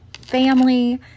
family